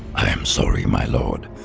i am sorry, my lord,